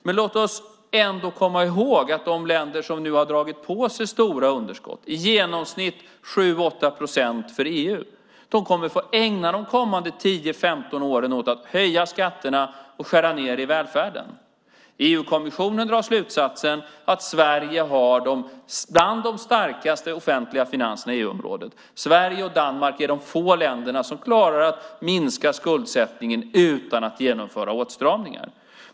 Men låt oss ändå komma ihåg att de länder som nu har dragit på sig stora underskott, i genomsnitt 7-8 procent för EU, kommer att få ägna de kommande 10-15 åren åt att höja skatterna och skära ned i välfärden. EU-kommissionen drar slutsatsen att Sverige har bland de starkaste offentliga finanserna i EU-området. Sverige och Danmark är de få länder som klarar att minska skuldsättningen utan att genomföra åtstramningar.